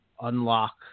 unlock